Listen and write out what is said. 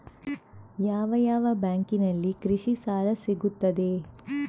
ಯಾವ ಯಾವ ಬ್ಯಾಂಕಿನಲ್ಲಿ ಕೃಷಿ ಸಾಲ ಸಿಗುತ್ತದೆ?